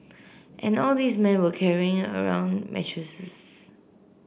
and all these men were carrying around mattresses